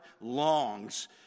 longs